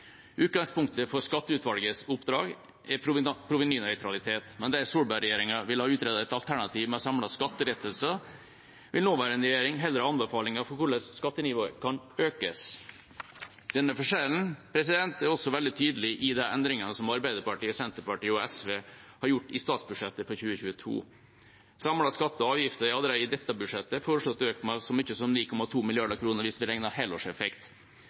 Utgangspunktet for skatteutvalgets oppdrag er provenynøytralitet, men der Solberg-regjeringa ville ha utredet et alternativ med samlede skattelettelser, vil nåværende regjering heller ha anbefalinger for hvordan skattenivået kan økes. Denne forskjellen er også veldig tydelig i de endringene som Arbeiderpartiet, Senterpartiet og SV har gjort i statsbudsjettet for 2022. Samlede skatter og avgifter er allerede i dette budsjettet foreslått økt med så mye som 9,2 mrd. kr hvis vi regner helårseffekt.